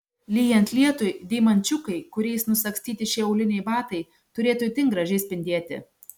lyjant lietui deimančiukai kuriais nusagstyti šie auliniai batai turėtų itin gražiai spindėti